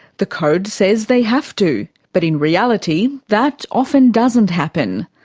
the code says they have to. but in reality, that often doesn't happen.